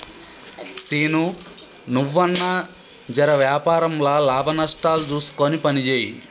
సీనూ, నువ్వన్నా జెర వ్యాపారంల లాభనష్టాలు జూస్కొని పనిజేయి